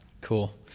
Cool